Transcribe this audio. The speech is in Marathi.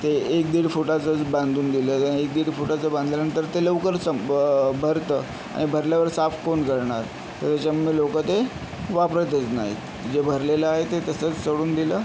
ते एक दीड फुटाचंच बांधून दिलेलं आहे एक दीड फुटाचं बांधल्यानंतर ते लवकर संप भरतं आणि भरल्यावर साफ कोण करणार त्यापेक्षा मग लोक ते वापरतच नाहीत जे भरलेलं आहे ते तसंच सोडून दिलं